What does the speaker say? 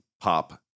pop